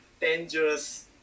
dangerous